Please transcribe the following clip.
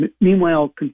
Meanwhile